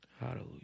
Hallelujah